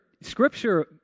Scripture